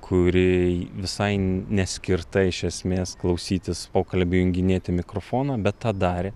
kuri visai neskirta iš esmės klausytis pokalbių junginėti mikrofoną bet tą darė